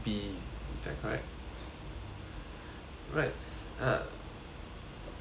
alright uh